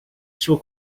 suo